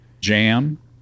jam